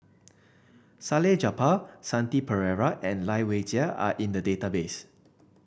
Salleh Japar Shanti Pereira and Lai Weijie are in the database